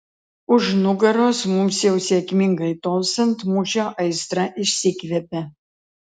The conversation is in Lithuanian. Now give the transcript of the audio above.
už nugaros mums jau sėkmingai tolstant mūšio aistra išsikvepia